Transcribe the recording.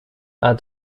are